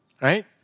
Right